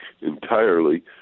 entirely